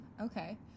Okay